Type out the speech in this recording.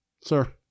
Sir